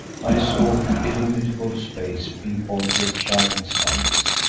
i saw illimitable space peopled with shining suns,